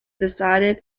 decided